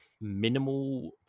minimal